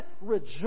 rejoice